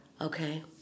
okay